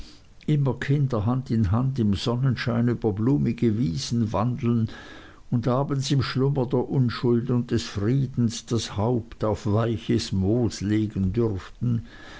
immer kinder hand in hand im sonnenschein über blumige wiesen wandeln und abends im schlummer der unschuld und des friedens das haupt aufs weiche moos legen dürften